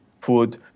food